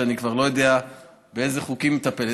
אני כבר לא יודע באיזה חוקים היא מטפלת.